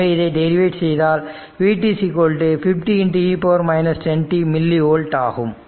எனவே இதை derivative செய்தால் vt 50e 10t millivolt ஆகும்